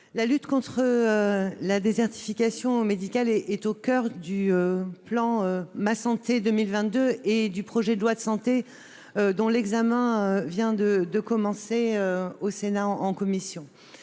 la lutte contre la désertification médicale est au coeur du plan Ma santé 2022 et du projet de loi Santé, dont l'examen vient de commencer au Sénat en commission.